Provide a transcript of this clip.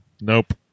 Nope